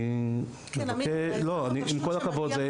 אני עם כל הכבוד,